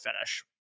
finish